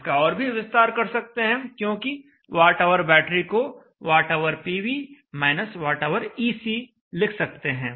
इसका और भी विस्तार कर सकते हैं क्योंकि Whbat को WhPV Whec लिख सकते हैं